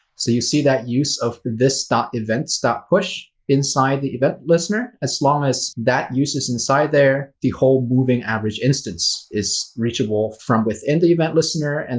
so you see that use of this events push inside the event listener. as long as that use is inside there, the whole moving average instance is reachable from within the event listener, and